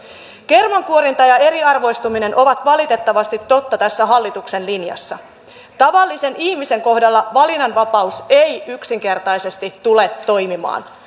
kermankuorinta ja eriarvoistuminen ovat valitettavasti totta tässä hallituksen linjassa tavallisen ihmisen kohdalla valinnanvapaus ei yksinkertaisesti tule toimimaan